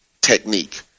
technique